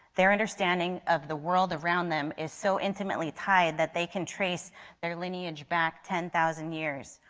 their understanding of the world around them, is so intimately tied, that they can trace their lineage back ten thousand years,